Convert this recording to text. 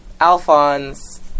alphonse